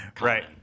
Right